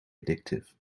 addictive